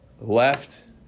left